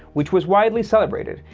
which was widely celebrated.